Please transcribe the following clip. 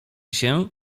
się